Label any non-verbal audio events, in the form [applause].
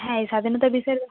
হ্যাঁ এই স্বাধীনতা [unintelligible]